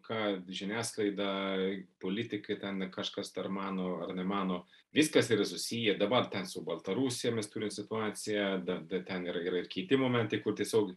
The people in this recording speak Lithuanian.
ką žiniasklaida politikai ten kažkas dar mano ar nemano viskas susiję dabar ten su baltarusija mes turim situaciją dar ten yra yra ir kiti momentai kur tiesiog